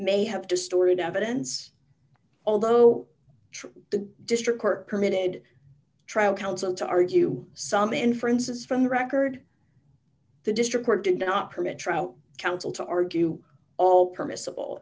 may have distorted evidence although the district court permitted trial counsel to argue some inferences from the record the district court did not permit trout counsel to argue all permissible